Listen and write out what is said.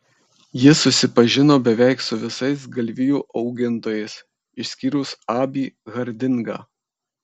ji susipažino beveik su visais galvijų augintojais išskyrus abį hardingą